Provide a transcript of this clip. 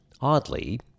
Oddly